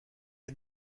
est